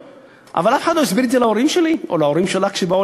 אבל אף אחד לא הסביר להורים שלי או להורים שלך כשבאו